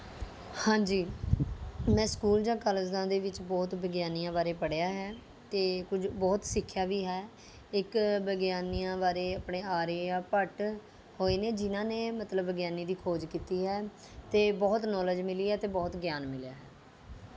ਹਾਂਜੀ ਮੈਂ ਸਕੂਲ ਜਾਂ ਕਾਲਜਾਂ ਦੇ ਵਿੱਚ ਬਹੁਤ ਵਿਗਿਆਨੀਆਂ ਬਾਰੇ ਪੜ੍ਹਿਆ ਹੈ ਅਤੇ ਕੁਝ ਬਹੁਤ ਸਿੱਖਿਆ ਵੀ ਹੈ ਇੱਕ ਵਿਗਿਆਨੀਆਂ ਬਾਰੇ ਆਪਣਾ ਆਰੀਆ ਭੱਟ ਹੋਏ ਨੇ ਜਿਨ੍ਹਾਂ ਨੇ ਮਤਲਬ ਵਿਗਿਆਨੀਆਂ ਦੀ ਖੋਜ ਕੀਤੀ ਹੈ ਅਤੇ ਬਹੁਤ ਨੌਲੇਜ ਮਿਲੀ ਹੈ ਅਤੇ ਬਹੁਤ ਗਿਆਨ ਮਿਲਿਆ ਹੈ